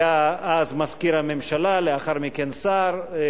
דני נוה, שהיה אז מזכיר הממשלה, לאחר מכן שר.